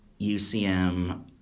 UCM